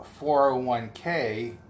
401k